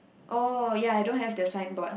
oh ya don't have the signboard